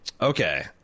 okay